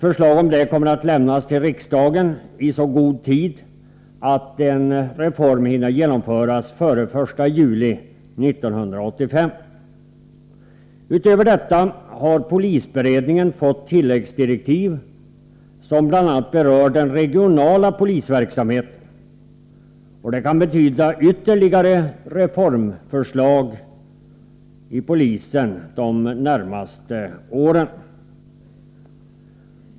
Förslag kommer att lämnas till riksdagen i så god tid att det kan genomföras före den 1 juli 1985. Utöver detta har polisberedningen fått tilläggsdirektiv, som bl.a. berör den regionala polisverksamheten. Det kan betyda ytterligare reformförslag beträffande polisen under de närmaste åren.